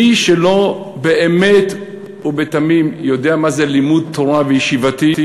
מי שלא באמת ובתמים יודע מה זה לימוד תורה ישיבתי,